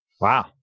Wow